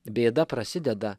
bėda prasideda